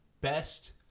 best